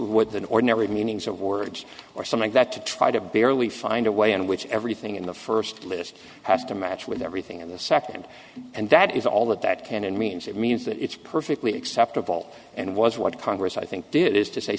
with an ordinary meanings of words or something that to try to barely find a way in which everything in the first list has to match with everything in the second and that is all that that can and means it means that it's perfectly acceptable and was what congress i think did is to say